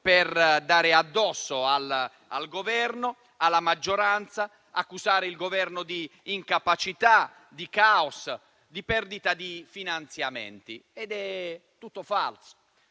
per dare addosso al Governo e alla maggioranza, accusando l'Esecutivo di incapacità, di caos e di perdita di finanziamenti. Tutto falso.